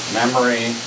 memory